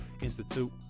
Institute